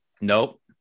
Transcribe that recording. Nope